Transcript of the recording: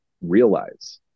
realize